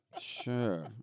Sure